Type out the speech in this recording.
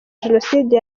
jenoside